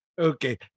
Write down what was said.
Okay